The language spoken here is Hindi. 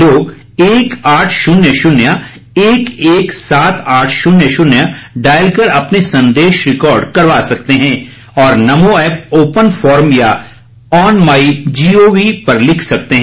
लोग एक आठ शून्य शून्य एक एक सात आठ शून्य शून्य डायल कर अपने संदेश रिकार्ड करवा सकते हैं और नमो ऐप ओपन फोरम या ऑन माइ जीओवी पर लिख सकते हैं